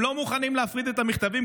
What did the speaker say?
הם לא מוכנים להפריד את המכתבים,